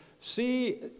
See